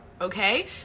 okay